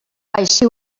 així